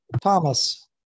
Thomas